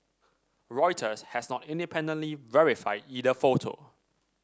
Reuters has not independently verified either photo